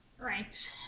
Right